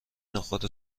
نخود